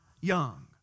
young